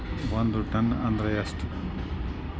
ಒಂದ್ ಟನ್ ಅಂದ್ರ ಎಷ್ಟ?